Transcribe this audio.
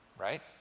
Right